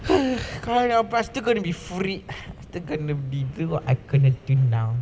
kalyo faster gonna be freed first gonna I gonna do now